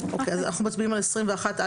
אז אנחנו מצביעים על 21א1(א)?